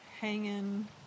hanging